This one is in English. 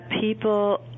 people